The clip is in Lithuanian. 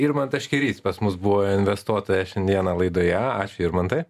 irmantas škėrys pas mus buvo investuotojas šiandieną laidoje ačiū irmantai